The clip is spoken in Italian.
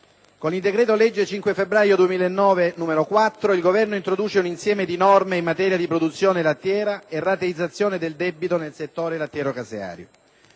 con il decreto-legge 5 febbraio 2009, n. 4, il Governo introduce un insieme di norme in materia di produzione lattiera e rateizzazione del debito nel settore lattiero-caseario.